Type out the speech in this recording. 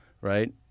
right